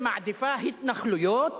שמעדיפה התנחלויות